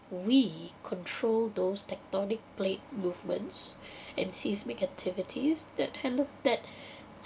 we control those tectonic plate movements and seismic activities that handled that